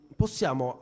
possiamo